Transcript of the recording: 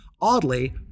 Oddly